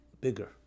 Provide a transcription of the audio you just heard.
bigger